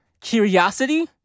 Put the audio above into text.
curiosity